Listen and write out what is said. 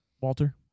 Walter